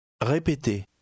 Répétez